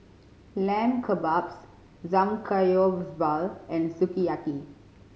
Lamb Kebabs Samgeyopsal and Sukiyaki